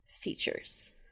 features